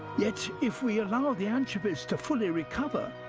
yet, if we allow the anchovies to fully recover,